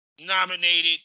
nominated